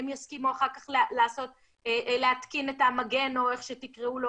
הם יסכימו אחר כך להתקין את המגן או איך שתקראו לו,